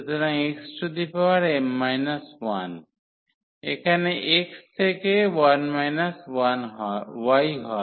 সুতরাং xm 1 এখানে x থেকে 1 y হয়